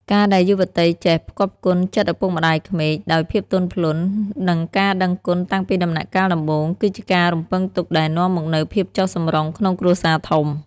ការដែលយុវតីចេះ "ផ្គាប់ផ្គុនចិត្តឪពុកម្ដាយក្មេក" ដោយភាពទន់ភ្លន់ និងការដឹងគុណតាំងពីដំណាក់កាលដំបូង គឺជាការរំពឹងទុកដែលនាំមកនូវភាពចុះសម្រុងក្នុងគ្រួសារធំ។